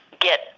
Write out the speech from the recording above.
get